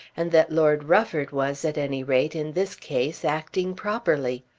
and that lord rufford was, at any rate, in this case acting properly.